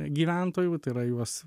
gyventojų tai yra juos